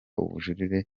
ubujurire